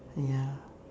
ya